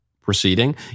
proceeding